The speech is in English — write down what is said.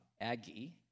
Aggie